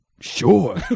Sure